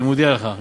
אני מודיע לך,